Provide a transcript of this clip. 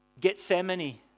Gethsemane